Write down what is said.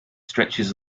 stretches